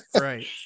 Right